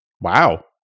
wow